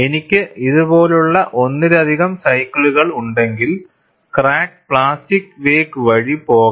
എനിക്ക് ഇതുപോലുള്ള ഒന്നിലധികം സൈക്കിളുകൾ ഉണ്ടെങ്കിൽ ക്രാക്ക് പ്ലാസ്റ്റിക് വേക്ക് വഴി പോകണം